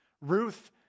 Ruth